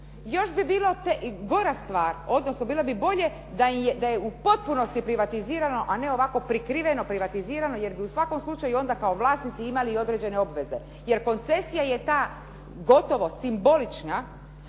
Još bi bila gora stvar, odnosno bilo bi bolje da je u potpunosti privatizirano, a ne ovako prikriveno privatizirano, jer bi u svakom slučaju onda kao vlasnici imali i određene obveze. Jer koncesija je ta gotovo simbolična,